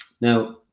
Now